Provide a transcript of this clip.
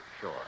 Sure